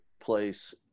place